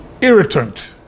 irritant